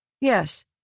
Yes